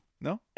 No